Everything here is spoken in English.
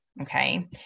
Okay